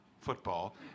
football